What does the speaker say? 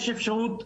יש אפשרות,